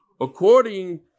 according